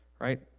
right